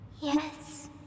Yes